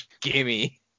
Gimme